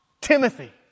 Timothy